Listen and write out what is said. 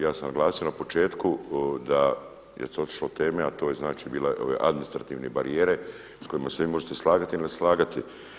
Ja sam naglasio na početku da je otišlo s teme, a to je znači bila ove administrativne barijere sa kojima se vi možete slagati ili ne slagati.